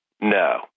No